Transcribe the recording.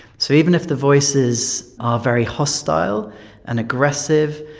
so even if the voices are very hostile and aggressive,